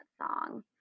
song